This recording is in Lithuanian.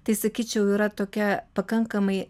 tai sakyčiau yra tokia pakankamai